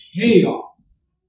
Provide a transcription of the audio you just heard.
chaos